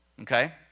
okay